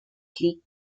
league